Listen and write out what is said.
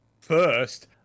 First